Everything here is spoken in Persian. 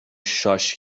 شاش